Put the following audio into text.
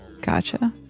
gotcha